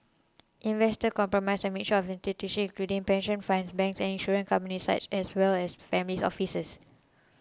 investors compromise a mixture of institutions including pension funds banks and insurance companies such as well as families offices